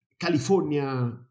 California